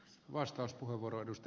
arvoisa puhemies